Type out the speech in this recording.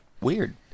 Weird